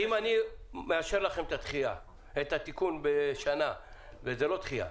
אם אני מאשר לכם את התיקון בשנה, וזאת לא דחייה,